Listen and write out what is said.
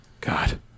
God